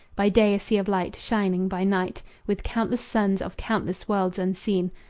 by day a sea of light, shining by night with countless suns of countless worlds unseen,